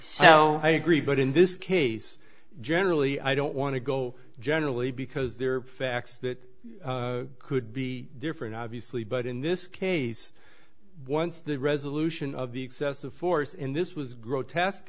so i agree but in this case generally i don't want to go generally because there are facts that could be different obviously but in this case once the resolution of the excessive force in this was grotesque